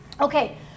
Okay